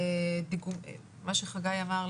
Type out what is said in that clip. מה שחגי אמר,